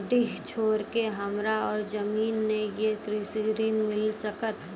डीह छोर के हमरा और जमीन ने ये कृषि ऋण मिल सकत?